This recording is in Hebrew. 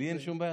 לי אין שום בעיה.